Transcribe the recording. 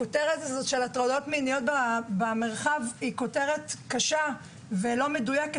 הכותרת הזאת של הטרדות מיניות במרחב היא כותרת קשה ולא מדויקת.